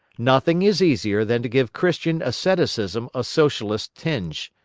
nothing is easier than to give christian asceticism a socialist tinge.